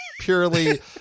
Purely